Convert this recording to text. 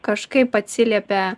kažkaip atsiliepia